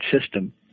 system